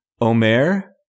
Omer